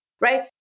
right